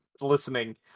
listening